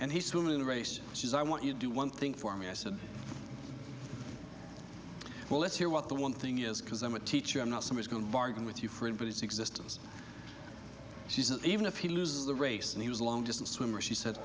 and he soon in the race which is i want you do one thing for me i said well let's hear what the one thing is because i'm a teacher i'm not so much going to bargain with you for it but it's existence she's an even if he loses the race and he was a long distance swimmer she sa